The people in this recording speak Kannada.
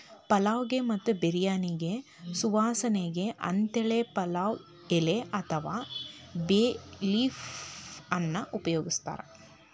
ಪಲಾವ್ ಗೆ ಮತ್ತ ಬಿರ್ಯಾನಿಗೆ ಸುವಾಸನಿಗೆ ಅಂತೇಳಿ ಪಲಾವ್ ಎಲಿ ಅತ್ವಾ ಬೇ ಲೇಫ್ ಅನ್ನ ಉಪಯೋಗಸ್ತಾರ